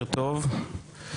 בוקר טוב.